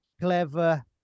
clever